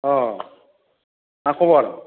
अ मा खबर